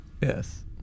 Yes